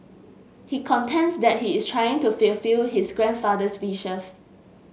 he contends that he is trying to fulfil his grandfather's wishes